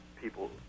people